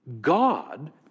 God